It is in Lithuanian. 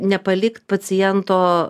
nepalikt paciento